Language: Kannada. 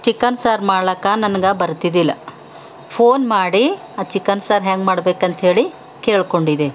ಚಿಕನ್ ಸಾರು ಮಾಡ್ಲಿಕ್ಕೆ ನನ್ಗೆ ಬರ್ತಿದ್ದಿಲ್ಲ ಫೋನ್ ಮಾಡಿ ಆ ಚಿಕನ್ ಸಾರು ಹೆಂಗೆ ಮಾಡ್ಬೇಕಂಥೇಳಿ ಕೇಳ್ಕೊಂಡಿದ್ದೆ